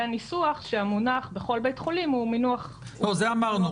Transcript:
הניסוח שהמונח "בכל בית חולים" הוא מינוח --- את זה אמרנו.